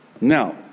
Now